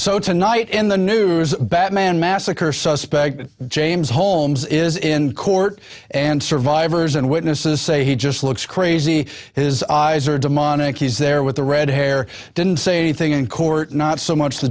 so tonight in the new batman massacre suspect james holmes is in court and survivors and witnesses say he just looks crazy his eyes are demonic he's there with the red hair didn't say anything in court not so much the